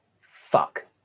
Fuck